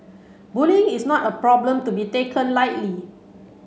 bullying is not a problem to be taken lightly